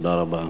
תודה רבה.